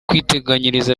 kwiteganyiriza